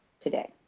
today